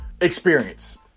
experience